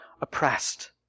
oppressed